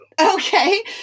Okay